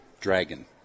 dragon